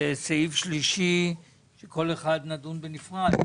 וסעיף שלישי כל אחד נדון בנפרד,